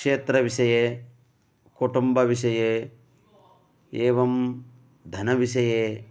क्षेत्रविषये कुटुम्बविषये एवं धनविषये